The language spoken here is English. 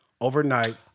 overnight